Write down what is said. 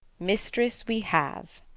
mistress, we have.